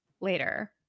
later